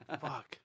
Fuck